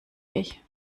ich